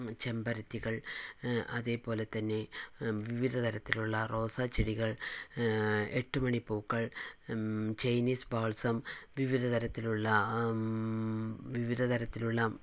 ചെമ്പരത്തികൾ അതുപോലെ തന്നെ വിവിധതരത്തിലുള്ള റോസ് ചെടികൾ എട്ടുമണിപ്പൂക്കൾ ചൈനീസ് ബോൽസം വിവിധതരത്തിലുള്ള വിവിധതരത്തിലുള്ള